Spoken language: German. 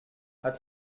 hat